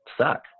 suck